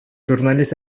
журналист